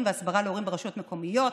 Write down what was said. וההסברה להורים ברשויות המקומיות,